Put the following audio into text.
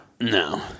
No